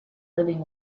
living